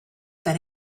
that